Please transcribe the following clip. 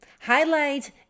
highlight